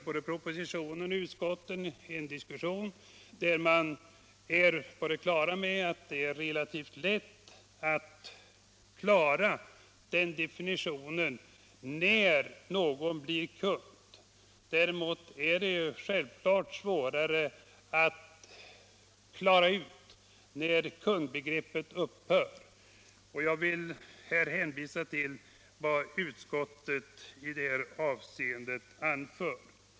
Både propositionen och utskottet för en diskussion där man är på det klara med att det är relativt lätt att klara definitionen när någon blir kund. Däremot är det ju självklart svårare att klara ut när kundbegreppet upphör. Jag vill här hänvisa till vad utskottet i det avseendet anför.